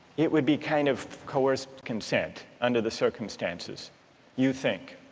it would be kind of coerced consent under the circumstances you think.